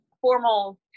formal